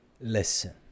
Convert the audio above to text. listen